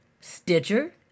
Stitcher